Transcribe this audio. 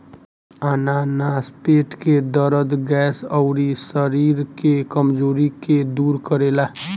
अनानास पेट के दरद, गैस, अउरी शरीर के कमज़ोरी के दूर करेला